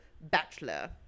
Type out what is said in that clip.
bachelor